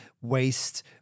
waste